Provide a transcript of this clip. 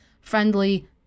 friendly